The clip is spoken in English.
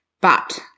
but-